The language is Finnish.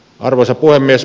arvoisa puhemies